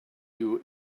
you